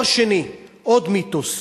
דבר שני, עוד מיתוס,